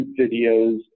videos